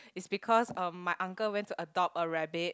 is because um my uncle went to adopt a rabbit